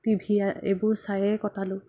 TV এইবোৰ চায়ে কটালোঁ